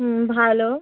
হুম ভালো